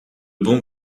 bons